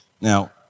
now